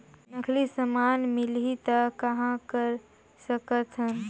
नकली समान मिलही त कहां कर सकथन?